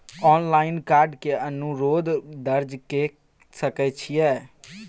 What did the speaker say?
Online card के अनुरोध दर्ज के सकै छियै?